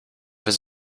his